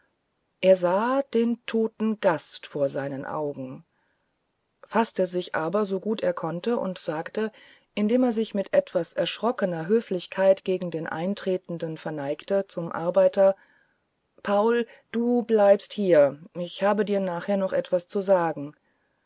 er sah den toten gast vor seinen augen faßte sich aber so gut er konnte und sagte indem er sich mit etwas erschrockener höflichkeit gegen den eintretenden verneigte zum arbeiter paul du bleibst hier ich habe dir nachher noch etwas zu sagen